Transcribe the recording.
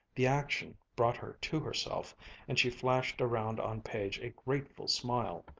the action brought her to herself and she flashed around on page a grateful smile.